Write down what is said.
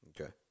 Okay